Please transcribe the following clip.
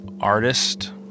artist